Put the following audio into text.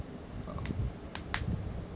uh